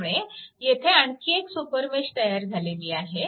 त्यामुळे येथे आणखी एक सुपरमेश तयार झालेली आहे